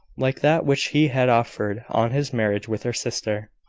like that which he had offered on his marriage with her sister,